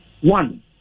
One